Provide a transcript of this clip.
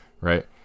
Right